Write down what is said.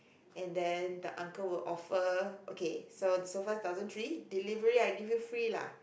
and then the uncle will offer okay so sofa is thousand three delivery I give you free lah